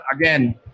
again